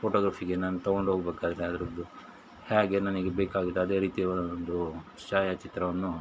ಫೋಟೋಗ್ರಫಿಗೆ ನಾನು ತಗೊಂಡೋಗ್ಬೇಕಾದ್ರೆ ಅದ್ರುದ್ದು ಹೇಗೆ ನನಗೆ ಬೇಕಾಗಿದ್ದು ಅದೇ ರೀತಿ ಒಂದು ಛಾಯಾಚಿತ್ರವನ್ನು